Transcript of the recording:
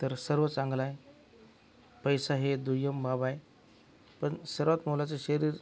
तर सर्व चांगलं आहे पैसा ही दुय्यम बाब आहे पण सर्वात मोलाचं शरीर